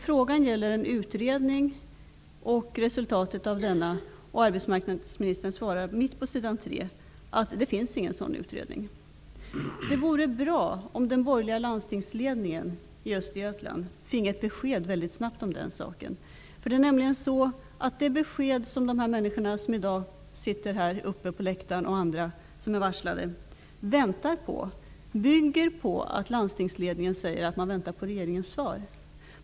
Frågan gäller en utredning och resultatet av den. Arbetsmarknadsministern säger ungefär mitt i svaret att det inte finns någon sådan utredning. Det vore bra om den borgerliga landstingsledningen i Östergötland snabbt finge ett besked om den saken. Det besked som de människor som i dag sitter uppe på läktaren och andra som är varslade väntar på bygger på att landstingsledningen säger att man väntar på regeringens svar.